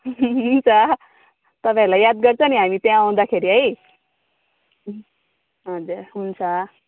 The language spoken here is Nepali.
हुन्छ तपाईँहरूलाई याद गर्छ नि हामी त्यहाँ आउँदाखेरि है हजुर हुन्छ